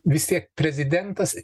vis tiek prezidentas